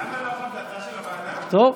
לילה טוב.